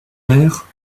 mère